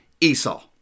Esau